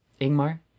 Ingmar